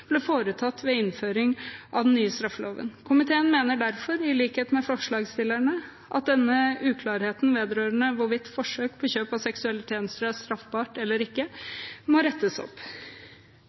den nye straffeloven. Komiteen mener derfor, i likhet med forslagsstillerne, at denne uklarheten vedrørende hvorvidt forsøk på kjøp av seksuelle tjenester er straffbart eller ikke, må rettes opp.